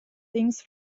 things